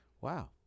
wow